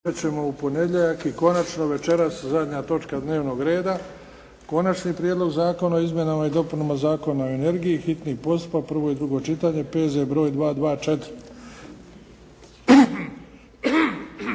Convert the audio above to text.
Luka (HDZ)** I konačno večeras zadnja točka dnevnog reda. - Konačni prijedlog zakona o izmjenama i dopunama Zakona o energiji, hitni postupak, prvo i drugo čitanje, P.Z:E. broj 224